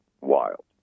Wild